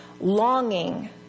longing